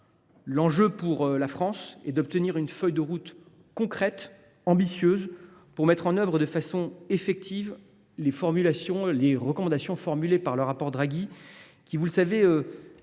L’enjeu pour la France est d’obtenir une feuille de route concrète et ambitieuse pour mettre en œuvre de façon effective les recommandations formulées par le rapport Draghi qui, vous le savez,